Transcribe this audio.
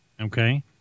Okay